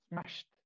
smashed